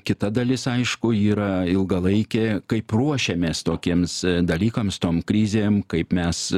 kita dalis aišku yra ilgalaikė kaip ruošiamės tokiems dalykams tom krizėm kaip mes